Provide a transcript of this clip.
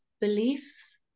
beliefs